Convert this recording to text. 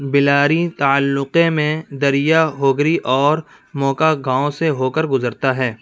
بیلاری تعلقے میں دریا ہگری اور موکا گاؤں سے ہوکر گزرتا ہے